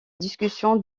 discussion